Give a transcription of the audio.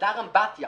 חדר אמבטיה